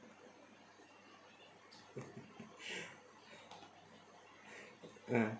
ah